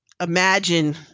imagine